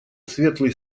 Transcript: светлый